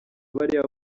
bariya